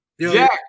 Jack